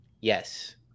Yes